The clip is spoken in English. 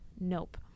Nope